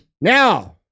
now